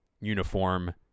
uniform